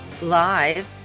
live